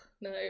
no